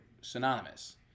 synonymous